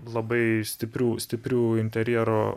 labai stiprių stiprių interjero